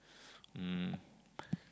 um